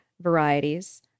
varieties